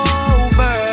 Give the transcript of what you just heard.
over